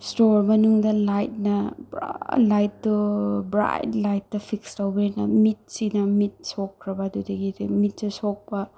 ꯏꯁꯊꯣꯔ ꯃꯅꯨꯡꯗ ꯂꯥꯏꯠꯅ ꯄꯨꯔꯥ ꯂꯥꯏꯠꯇꯣ ꯕ꯭ꯔꯥꯏꯠ ꯂꯥꯏꯠꯇꯥ ꯐꯤꯛꯁ ꯇꯧꯕꯅꯤꯅ ꯃꯤꯠꯁꯤꯅ ꯃꯤꯠ ꯁꯣꯛꯈ꯭ꯔꯕ ꯑꯗꯨꯗꯒꯤꯗꯤ ꯃꯤꯠꯁꯦ ꯁꯣꯛꯄ